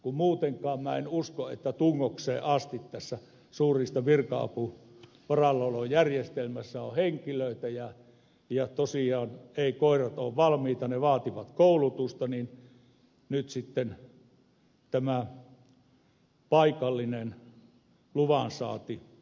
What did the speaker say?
kun muutenkaan minä en usko että tungokseen asti tässä suurriistavirka avun varallaolojärjestelmässä on henkilöitä ja tosiaan eivät koirat ole valmiita ne vaativat koulutusta niin nyt sitten tämä paikallinen luvansaanti poistuu